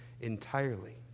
entirely